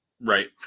Right